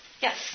Yes